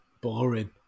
boring